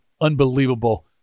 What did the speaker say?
unbelievable